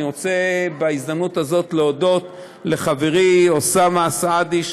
אני רוצה בהזדמנות הזאת להודות לחברי אוסאמה סעדי,